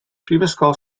prifysgol